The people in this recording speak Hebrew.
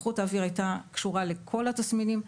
איכות האוויר הייתה קשורה לכל התסמינים.